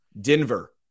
Denver